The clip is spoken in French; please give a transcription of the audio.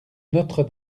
notre